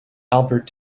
albert